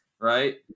right